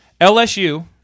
LSU